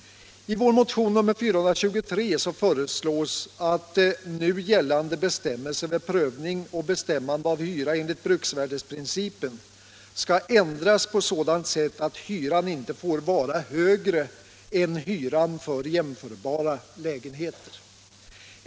I vår motion 423 föreslår vi att nu gällande bestämmelser vid prövning och bestämmande av hyra enligt bruksvärdesprincipen skall ändras på sådant sätt att hyran inte får vara högre än hyran för jämförbara lägenheter.